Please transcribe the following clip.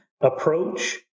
approach